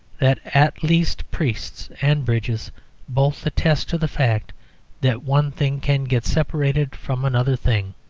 that at least priests and bridges both attest to the fact that one thing can get separated from another thing